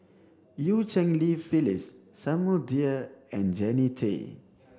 Eu Cheng Li Phyllis Samuel Dyer and Jannie Tay